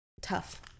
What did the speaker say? tough